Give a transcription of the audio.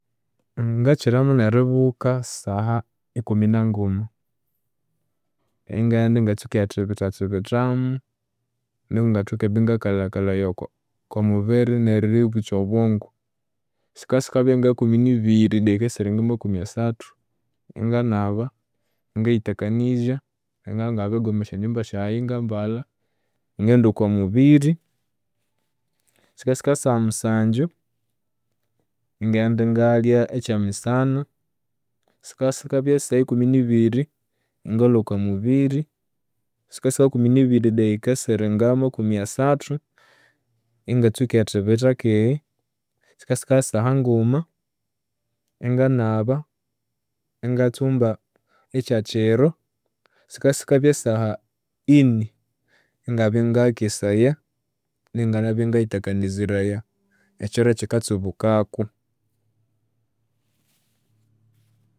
Ngakyiramunu eribuka saha ikuminanguma, ingaghenda ingatsuka erithibithathibithamu nuku ngathoke eribya ingakalhakalhaya okwamubiri neribukya obyongo. Sikabya ngikuminibiri dakika esiringamakumi asathu, inganaba ingayitakanizya, ingabya ingabirigoma esyanjimba syayi ingambalha, ingaghenda okwamubiri, sikasikabya saha musanju, ingaghenda ingayalya ekyamisana, sikasikabyasaha ikuminibiri, ingalhwa okwamubiri, sikasikabya saha ikumunibiri dakika esiringamakumi asathu, ingatsuka erithibitha keghe, sikasikabya saha nguma inganaba, ingatsumba ekyakyiro, sikasikabya saha ini, ingabya ingayakesaya nganabya ingayitakaniziraya ekyiro ekyikasubukaku.